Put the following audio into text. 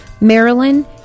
Maryland